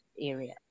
area